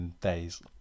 days